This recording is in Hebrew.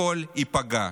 הכול ייפגע.